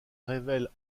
révèle